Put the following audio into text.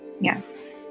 Yes